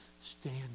stand